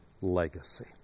legacy